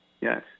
Yes